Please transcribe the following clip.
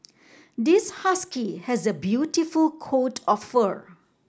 this husky has a beautiful coat of fur